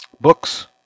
books